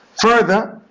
Further